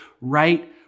right